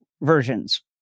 versions